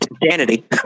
insanity